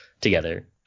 together